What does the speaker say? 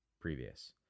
previous